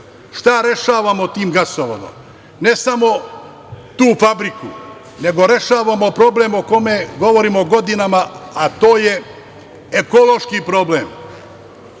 rešavamo tim gasovodom? Ne samo tu fabriku, nego rešavamo problem o kome govorimo godinama, a to je ekološki problem.